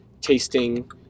tasting